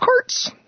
carts